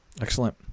Excellent